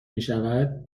میشود